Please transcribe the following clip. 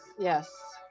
Yes